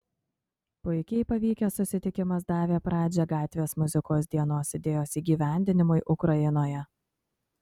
puikiai pavykęs susitikimas davė pradžią gatvės muzikos dienos idėjos įgyvendinimui ukrainoje